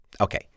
Okay